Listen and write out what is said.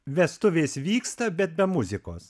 vestuvės vyksta bet be muzikos